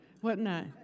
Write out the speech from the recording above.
whatnot